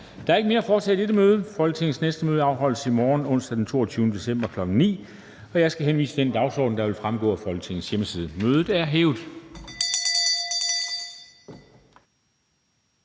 Der er ikke mere at foretage i dette møde. Folketingets næste møde afholdes i morgen, onsdag den 22. december 2021, kl. 9.00. Jeg skal henvise til den dagsorden, der vil fremgå af Folketingets hjemmeside. Mødet er hævet.